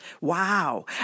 Wow